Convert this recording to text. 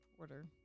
order